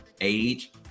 age